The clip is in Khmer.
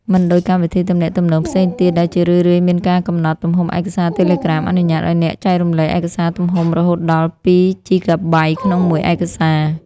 មិនដូចកម្មវិធីទំនាក់ទំនងផ្សេងទៀតដែលជារឿយៗមានការកំណត់ទំហំឯកសារ Telegram អនុញ្ញាតឱ្យអ្នកចែករំលែកឯកសារទំហំរហូតដល់ 2 ជីកាបៃ ក្នុងមួយឯកសារ។